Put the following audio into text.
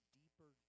deeper